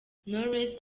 knowless